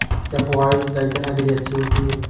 क्या फुहारी सिंचाई चना के लिए अच्छी होती है?